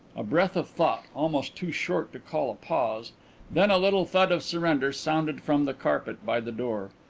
a breath of thought almost too short to call a pause then a little thud of surrender sounded from the carpet by the door.